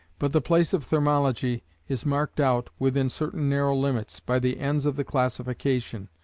but the place of thermology is marked out, within certain narrow limits, by the ends of the classification,